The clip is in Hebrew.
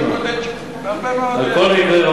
יש כאן "קוטג'" בכל מקרה,